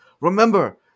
Remember